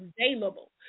available